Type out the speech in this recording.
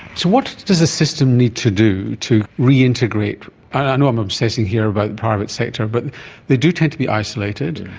so what does the system need to do to reintegrate, i know i'm obsessing here about private sector, but they do tend to be isolated.